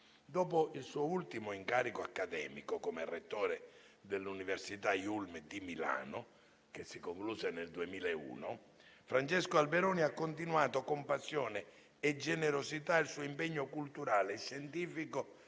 Dopo il suo ultimo incarico accademico come rettore dell'università IULM di Milano, che si concluse nel 2001, Francesco Alberoni ha continuato con passione e generosità il suo impegno culturale e scientifico